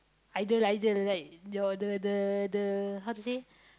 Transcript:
idol idol like your the the the how to say